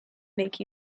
make